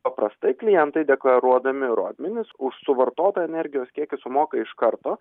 paprastai klientai deklaruodami rodmenis už suvartotą energijos kiekį sumoka iš karto